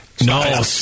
No